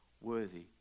worthy